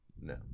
No